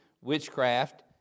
witchcraft